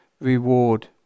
reward